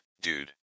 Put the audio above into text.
dude